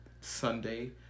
Sunday